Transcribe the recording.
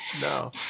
no